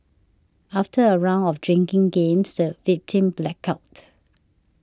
after a round of drinking games the victim blacked out